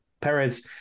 Perez